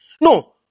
no